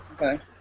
Okay